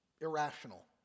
irrational